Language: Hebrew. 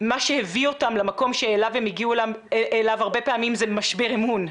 מה שהביא אותם למקום אליו הם הגיעו הרבה פעמים זה משבר אמון,